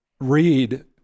read